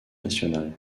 nationale